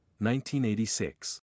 1986